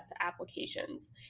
applications